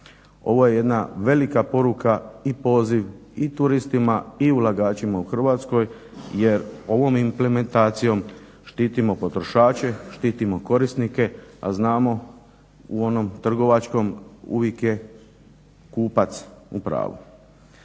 Ovo je jedna velika poruka i poziv i turistima i ulagačima u Hrvatskoj, jer ovom implementacijom štitimo potrošače, štitimo korisnike, a znamo u onom trgovačkom uvijek je kupac u pravu.